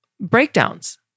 breakdowns